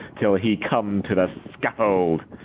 till he come to the scaffold.